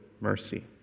mercy